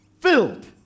filled